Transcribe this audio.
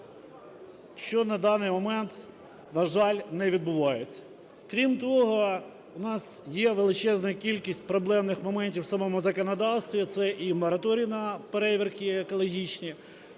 що, на даний момент, на жаль, не відбувається. Крім того, у нас є величезна кількість проблемних моментів в самому законодавстві. Це і мораторій на перевірки екологічні,